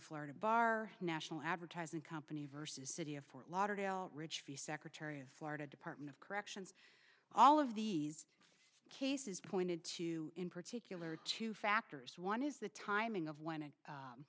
florida bar national advertising company vs city of fort lauderdale richfield secretary of florida department of corrections all of these cases pointed to in particular two factors one is the timing of w